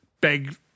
big